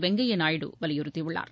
வெங்கையா நாயுடு வலியுறுத்தியுள்ளார்